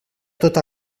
tot